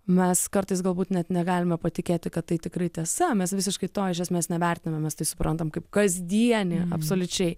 mes kartais galbūt net negalime patikėti kad tai tikrai tiesa mes visiškai to iš esmės nevertinam mes tai suprantam kaip kasdienį absoliučiai